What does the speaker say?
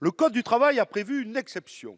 Le code précité a prévu une exception